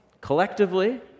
collectively